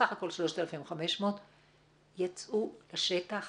סך הכול 3,500 - יצאו לשטח